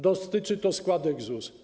Dotyczy to składek ZUS.